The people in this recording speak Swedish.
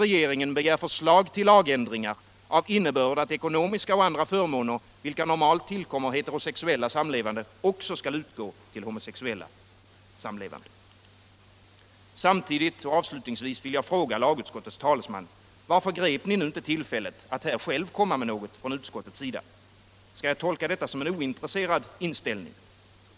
ekonomiska och andra förmåner, vilka normalt tillkommer heterosexuella samlevande, också skall utgå till homosexuella samlevande. Samtidigt och avslutningsvis vill jag fråga lagutskottets talesman: Varför grep ni inte tillfället att här själva komma med något från utskottets sida? Skall jag tolka detta som en ointresserad inställning?